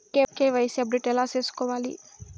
KYC update ఎట్లా సేసుకోవాలి?